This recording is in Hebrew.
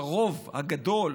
לרוב הגדול,